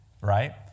Right